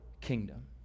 kingdom